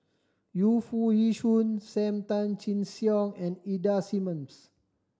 Yu Foo Yee Shoon Sam Tan Chin Siong and Ida Simmons